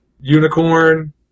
Unicorn